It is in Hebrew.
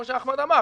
כמו שאחמד אמר,